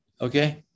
okay